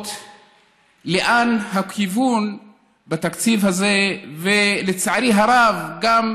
דוגמאות לאן הכיוון בתקציב הזה, לצערי הרב, כמו